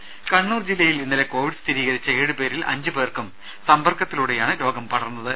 രുര കണ്ണൂർ ജില്ലയിൽ ഇന്നലെ കോവിഡ് സ്ഥിരീകരിച്ച ഏഴുപേരിൽ അഞ്ചുപേർക്കും സമ്പർക്കത്തിലൂടെയാണ് രോഗം പടർന്നത്